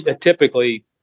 Typically